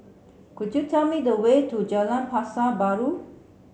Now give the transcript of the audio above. could you tell me the way to Jalan Pasar Baru